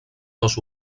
dos